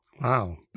Wow